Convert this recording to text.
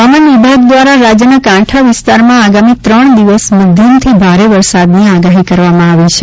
હવામાન વિભાગ દ્વારા રાજ્યના કાંઠા વિસ્તારમાં આગામી ત્રણ દિવસ મધ્યમથી ભારે વરસાદની આગાહી કરવામાં આવી છે